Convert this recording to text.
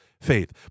faith